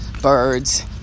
birds